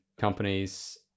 companies